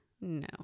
No